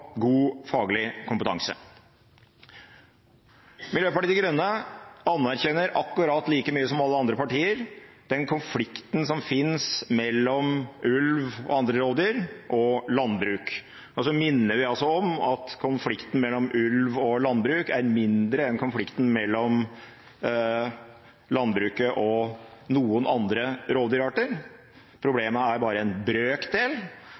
god faglig kompetanse. Miljøpartiet De Grønne anerkjenner akkurat like mye som alle andre partier den konflikten som finnes mellom ulv og andre rovdyr og landbruk. Så minner vi om at konflikten mellom ulv og landbruk er mindre enn konflikten mellom landbruket og noen andre rovdyrarter. Problemet er bare en brøkdel,